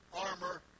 armor